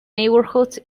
neighbourhoods